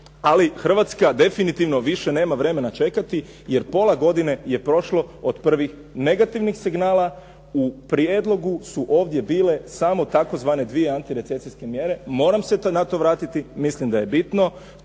ali Hrvatska definitivno više nema vremena čekati, jer pola godine je prošlo od prvih negativnih signala. U prijedlogu su ovdje bile samo tzv. dvije antirecesijske mjere, moram se na to vratiti, mislim da je bitno.